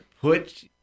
put